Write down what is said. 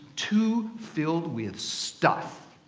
too filled with stuff.